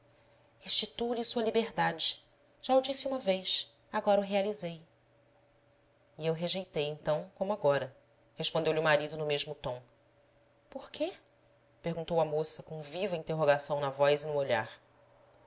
palavras restituo lhe sua liberdade já o disse uma vez agora o realizei e eu rejeitei então como agora respondeu-lhe o marido no mesmo tom por quê perguntou a moça com viva interrogação na voz e no olhar